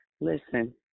listen